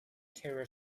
terror